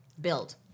build